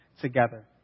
together